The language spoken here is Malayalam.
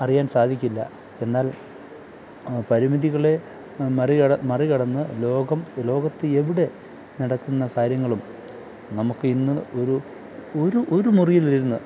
അറിയാന് സാധിക്കില്ല എന്നാല് പരിമിതികളെ മറി കട മറി കടന്നു ലോകം ലോകത്ത് എവിടെ നടക്കുന്ന കാര്യങ്ങളും നമുക്ക് ഇന്ന് ഒരു ഒരു ഒരു മുറിയിലിരുന്ന്